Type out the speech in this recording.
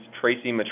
Tracy